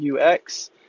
UX